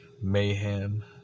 Mayhem